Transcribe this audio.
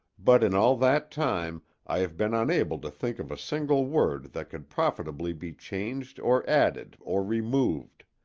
but in all that time i have been unable to think of a single word that could profitably be changed or added or removed.